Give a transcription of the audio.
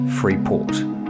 freeport